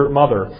mother